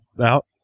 out